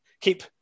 Keep